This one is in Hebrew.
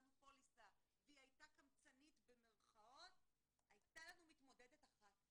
שהגדרנו פוליסה והיא הייתה "קמצנית" הייתה לנו מתמודדת אחת.